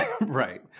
right